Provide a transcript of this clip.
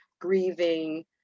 grieving